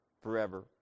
forever